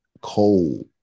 Cold